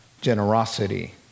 generosity